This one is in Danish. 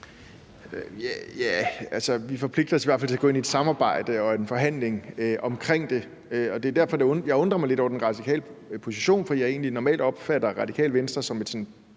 Vi forpligter os i hvert fald til at gå ind i et samarbejde og en forhandling omkring det, og jeg undrer mig lidt over den radikale position, fordi jeg egentlig normalt opfatter Radikale Venstre som